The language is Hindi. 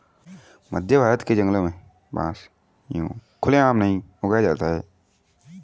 मध्यभारत के जंगलों में बांस यूं खुले आम नहीं उगाया जाता